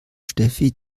steffi